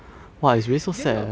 did you do a pose